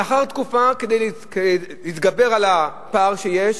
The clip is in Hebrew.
לאחר תקופה, כדי להתגבר על הפער שיש,